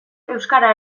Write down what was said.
euskara